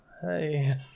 hey